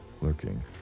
lurking